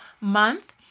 month